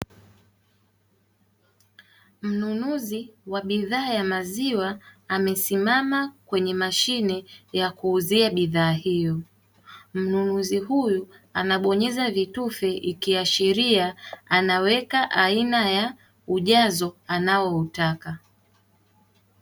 Mnunuzi wa bidhaa ya maziwa amesimama kwenye mashine ya kuuzia bidhaa hiyo. Mnunuzi huyu anabonyeza vitufe ikiashiria anaweka aina ya ujazo anaoutaka.